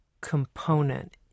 component